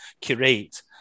curate